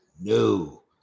No